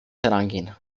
herangehen